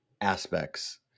aspects